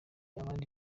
abandi